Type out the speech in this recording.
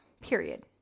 period